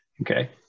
okay